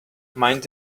mind